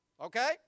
Okay